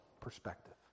perspective